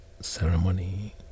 ceremony